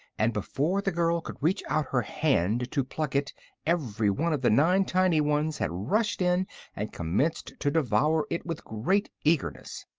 and before the girl could reach out her hand to pluck it every one of the nine tiny ones had rushed in and commenced to devour it with great eagerness.